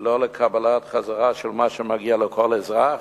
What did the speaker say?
ולא לקבלה חזרה של מה שמגיע לכל אזרח?